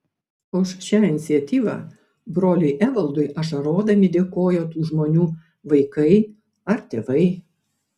už šią iniciatyvą broliui evaldui ašarodami dėkojo tų žmonių vaikai ar tėvai